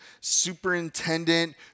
superintendent